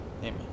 Amen